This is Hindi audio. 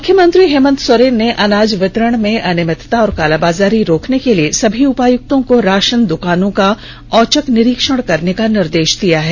मुख्यमंत्री हेमंत सोरेन ने अनाज वितरण में अनियमितता और कालाबाजारी को रोकने के लिए सभी उपायुक्तों को राषन दुकानों का औचक निरीक्षण करने का निर्देष दिया है